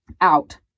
out